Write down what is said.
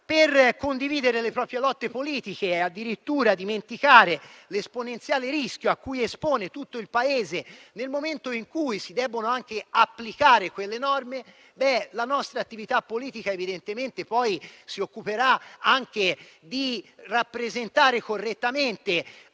per condividere le proprie lotte politiche e addirittura dimenticare l'esponenziale rischio a cui espone tutto il Paese nel momento in cui si debbono anche applicare quelle norme, la nostra attività politica evidentemente poi si occuperà anche di rappresentare correttamente